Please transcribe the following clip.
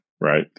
right